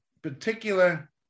particular